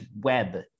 web